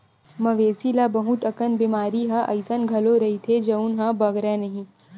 मवेशी ल बहुत अकन बेमारी ह अइसन घलो रहिथे जउन ह बगरय नहिं